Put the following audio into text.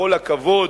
בכל הכבוד,